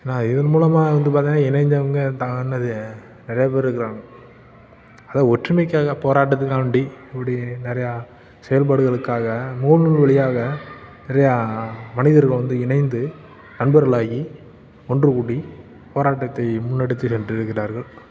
ஏன்னால் இதன் மூலமாக வந்து பாத்தீங்கன்னா இணைந்தவங்க தான் என்னது நிறையா பேர் இருக்கிறானுங்க அதுதான் ஒற்றுமைக்காக போராட்டுத்துக்காக வேண்டி இப்படி நிறையா செயல்பாடுகளுக்காக முகநூல் வழியாக நிறையா மனிதர்களை வந்து இணைந்து நண்பர்கள் ஆகி ஒன்று கூடி போராட்டத்தை முன்னெடுத்து சென்றிருக்கிறார்கள்